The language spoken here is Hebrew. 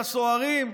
לסוהרים,